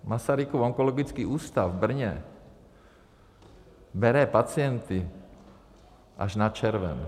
Masarykův onkologický ústav v Brně bere pacienty až na červen.